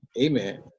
Amen